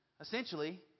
essentially